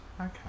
Okay